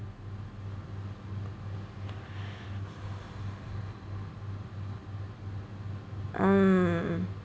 mm